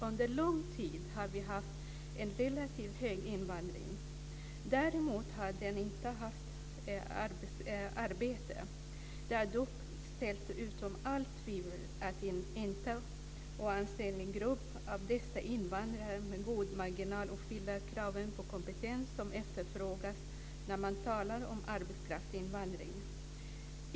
Under lång tid har vi haft en relativt hög invandring. Däremot har människor inte haft arbete. Det är dock ställt utom allt tvivel att en inte oansenlig grupp av dessa invandrare med god marginal uppfyller de krav på kompetens som efterfrågas när man talar om arbetskraftsinvandring.